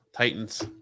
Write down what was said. Titans